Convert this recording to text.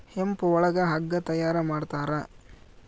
hemp ಒಳಗ ಹಗ್ಗ ತಯಾರ ಮಾಡ್ತಾರ